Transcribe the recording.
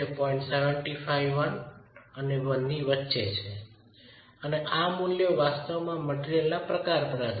75 અને 1 ની વચ્ચે છે અને આ મૂલ્યો વાસ્તવમાં મટિરિયલના પ્રકાર પર આધારિત છે